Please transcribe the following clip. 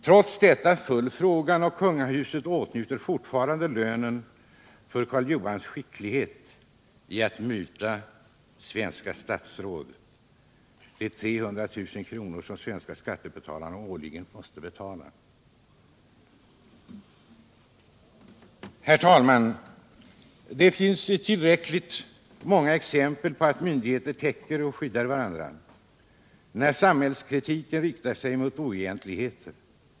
Trots detta föll frågan, och kungahuset åtnjuter fortfarande lönen för Karl Johans skicklighet i att muta svenska statsråd: de 300 000 kr. som svenska skattebetalare årligen måste betala. Herr talman! Det finns tillräckligt många exempel på att myndigheter täcker och skyddar varandra när samhällskritiken riktar sig mot oegentligheter.